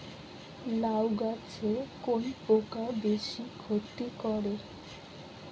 লাউ গাছে কোন পোকা বেশি ক্ষতি করে?